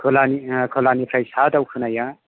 खोलाहानि खोलाहानिफ्राय साहा दावखोनाया